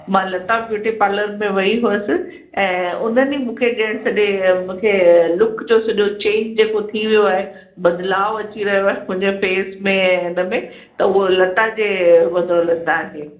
मां Lata beauty parlour में वई हुयसि ऐं उन्हनि ई मूंखे ॼण सॼे मूंखे लुक जो सॼो चेंज जेको थी वियो आहे बदलाव अची वियो आहे मुंहिंजे फ़ेस में ऐं इन में त उहो लता जे बदौलत आहे